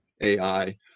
AI